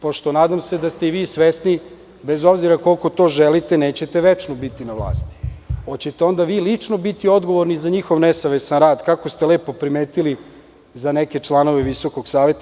Pošto, nadam se da ste i vi svesni, bez obzira koliko to želite, nećete večno biti na vlasti, hoćete li lično biti odgovorni za njihov nesavesan rad, kako ste lepo primetili za neke članove VSS?